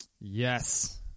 Yes